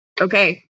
Okay